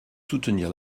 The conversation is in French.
soutenir